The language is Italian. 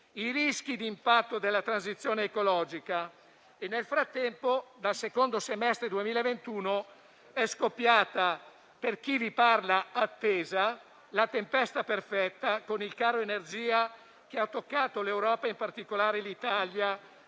e rischi di impatto della transizione ecologica. Nel frattempo, dal secondo semestre 2021 è scoppiata - ma, per chi vi parla, era attesa - la tempesta perfetta, con il caro energia che ha toccato l'Europa, in particolare l'Italia,